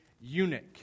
eunuch